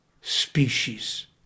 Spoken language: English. species